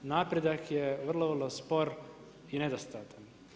Napredak je vrlo vrlo spor i nedostatan.